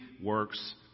works